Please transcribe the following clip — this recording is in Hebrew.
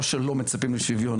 לא שלא מצפים לשוויון,